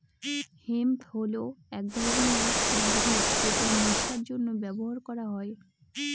hemp হল এক ধরনের উদ্ভিদ যেটা নেশার জন্য ব্যবহার করা হয়